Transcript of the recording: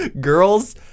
Girls